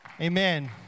Amen